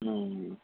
ம்